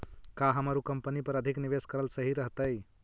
का हमर उ कंपनी पर अधिक निवेश करल सही रहतई?